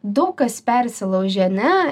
daug kas persilaužė ne